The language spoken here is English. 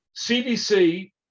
cdc